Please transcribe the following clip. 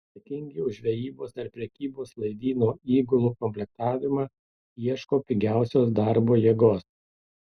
atsakingi už žvejybos ar prekybos laivyno įgulų komplektavimą ieško pigiausios darbo jėgos